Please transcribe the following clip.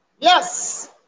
Yes